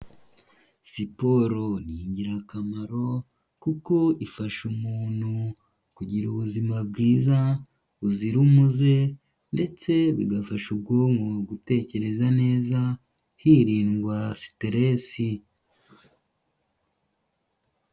Siporo ni ingirakamaro kuko ifasha umuntu kugira ubuzima bwiza, buzira umuze ndetse bigafasha ubwonko gutekereza neza hirindwa siteresi.